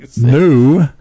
new